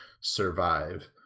survive